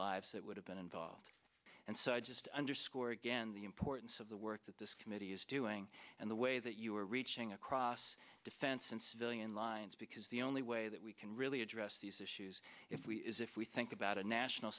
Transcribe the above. lives that would have been involved and so i just underscore again the importance of the work that this committee is doing and the way that you are reaching across defense and civilian lines because the only way that we can really address these issues if we is if we think about a national